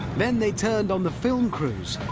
then they turned on the film crews!